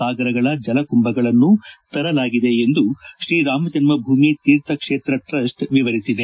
ಸಾಗರಗಳ ಜಲಕುಂಭಗಳನ್ನು ತರಲಾಗಿದೆ ಎಂದು ಶ್ರೀರಾಮಜನ್ನ ಭೂಮಿ ತೀರ್ಥ ಕ್ಷೇತ್ರ ಟ್ಟೆಸ್ಟ್ ವಿವರಿಸಿದೆ